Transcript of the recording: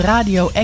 Radio